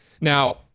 Now